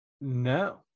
No